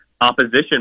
opposition